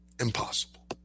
Impossible